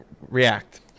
react